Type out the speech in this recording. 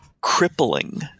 crippling